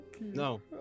No